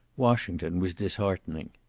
washington was disheartening.